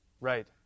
Right